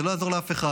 זה לא יעזור לאף אחד.